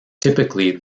typically